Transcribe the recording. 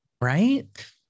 Right